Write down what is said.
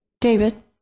David